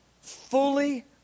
fully